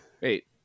Wait